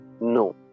No